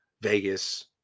Vegas